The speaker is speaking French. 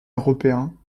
européen